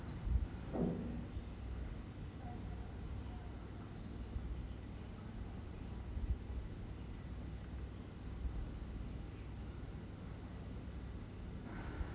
oh